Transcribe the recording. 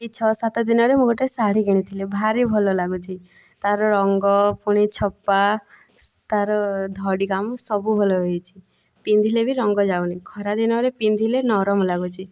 ଏହି ଛଅ ସାତ ଦିନରେ ମୁଁ ଗୋଟିଏ ଶାଢ଼ୀ କିଣିଥିଲି ଭାରି ଭଲ ଲାଗୁଛି ତା'ର ରଙ୍ଗ ପୁଣି ଛପା ତା'ର ଧଡ଼ି କାମ ସବୁ ଭଲ ହୋଇଛି ପିନ୍ଧିଲେ ବି ରଙ୍ଗ ଯାଉନାହିଁ ଖରାଦିନରେ ପିନ୍ଧିଲେ ନରମ ଲାଗୁଛି